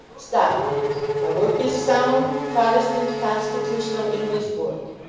stop a minute. my work, is sound, protestant, constitutional, english work.